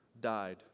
died